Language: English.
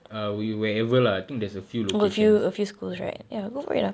err wherever lah I think there's a few locations